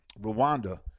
Rwanda